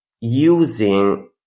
using